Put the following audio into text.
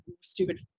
stupid